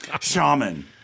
shaman